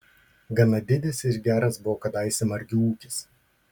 gana didis ir geras buvo kadaise margių ūkis